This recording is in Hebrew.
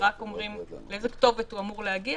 ורק אומרים לאיזה כתובת הוא אמור להגיע,